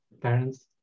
parents